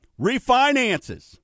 Refinances